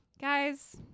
Guys